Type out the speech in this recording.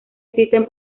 existen